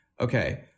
okay